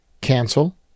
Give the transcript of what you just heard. Cancel